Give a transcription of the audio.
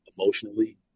emotionally